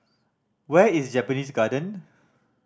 where is Japanese Garden